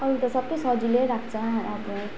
अरू त सबै सजिलै लाग्छ अब